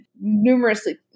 numerously